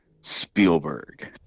spielberg